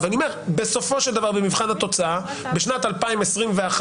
ואני אומר, בסופו דבר במבחן התוצאה, בשנת 2021,